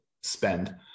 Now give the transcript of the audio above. spend